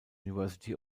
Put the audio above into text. university